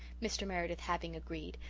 mr. meredith having agreed,